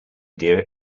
dear